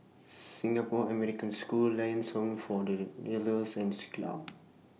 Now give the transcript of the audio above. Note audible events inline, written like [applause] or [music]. Singapore American School Lions Home For The [unintelligible] and Siglap [noise]